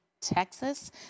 Texas